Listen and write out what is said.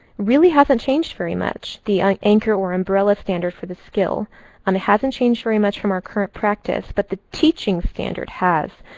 really hasn't changed very much. the anchor, or umbrella, standard for the skill hasn't changed very much from our current practice. but the teaching standard has.